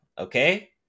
okay